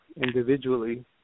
individually